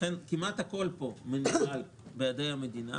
לכן כמעט הכול פה מנוהל בידי המדינה.